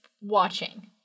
watching